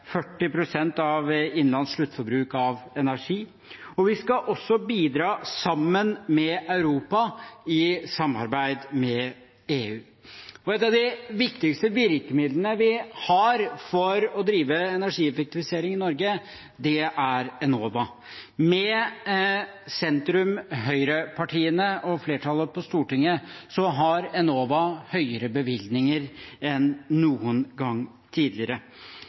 pst. av innenlands sluttforbruk av energi, og vi skal også bidra sammen med Europa, i samarbeid med EU. Et av de viktigste virkemidlene vi har for å drive energieffektivisering i Norge, er Enova. Med sentrum–høyre-partiene og flertallet på Stortinget har Enova høyere bevilgninger enn noen gang tidligere.